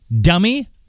Dummy